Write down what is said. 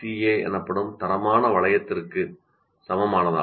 ஏ எனப்படும் தரமான வளையத்திற்கு TALE 1 இல் குறிப்பிடப்பட்டுள்ளது சமமானதாகும்